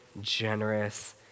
generous